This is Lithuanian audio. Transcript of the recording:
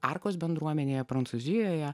arkos bendruomenėje prancūzijoje